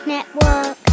Network